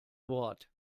wort